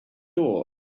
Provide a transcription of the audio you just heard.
door